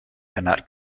cannot